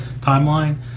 timeline